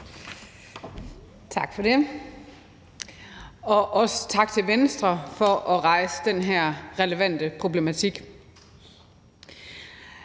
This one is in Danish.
Tak for det. Og også tak til Venstre for at rejse den her relevante problematik.